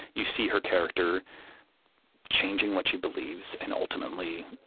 you see her character changing what she believes and, ultimately,